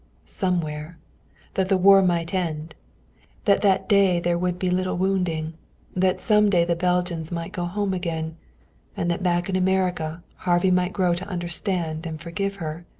somewhere that the war might end that that day there would be little wounding that some day the belgians might go home again and that back in america harvey might grow to understand and forgive her.